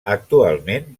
actualment